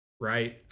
right